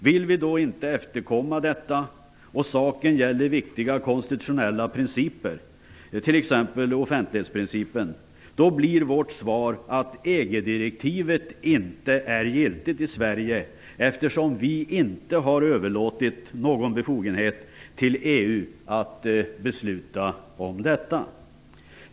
Vill vi då inte efterkomma detta krav och saken gäller viktiga konstitutionella principer, t.ex. offentlighetsprincipen, blir vårt svar att EG-direktivet inte är giltigt i Sverige, eftersom vi inte har överlåtit någon befogenhet till EU att besluta om detta.